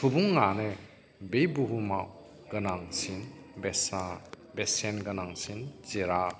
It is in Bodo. सुबुंआनो बे बुहुमाव गोनांसिन बेसाद बेसेन गोनांसिन जिराद